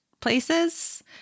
places